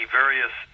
various